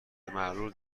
معلول